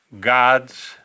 God's